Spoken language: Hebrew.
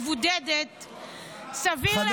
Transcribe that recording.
סביר להניח,